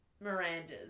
Miranda's